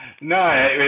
No